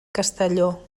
castelló